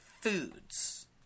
foods